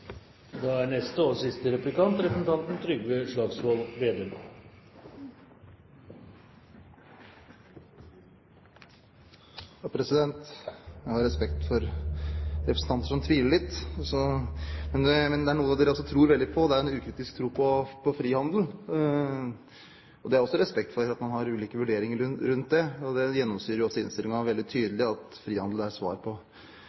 Jeg har respekt for representanter som tviler litt. Men det er noe dere tror veldig på – dere har en ukritisk tro på frihandel. Jeg har også respekt for at man har ulike vurderinger rundt det. Det gjennomsyrer også innstillingen og er veldig tydelig at frihandel er svaret på